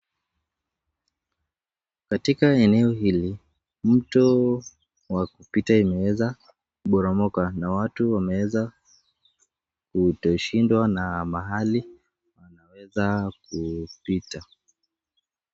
Katika eneo hili mto wa kupita imeweza kuporomoka na watu wameweza kushindwa na mahali wanaweza kupita.